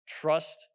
Trust